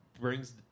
brings